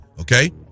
Okay